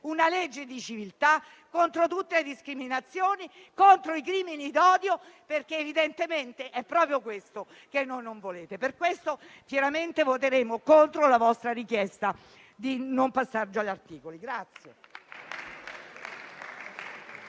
una legge di civiltà contro tutte le discriminazioni e contro i crimini d'odio, perché evidentemente è proprio questo che non volete. Per questo motivo, chiaramente voteremo contro la vostra richiesta di non passaggio agli articoli.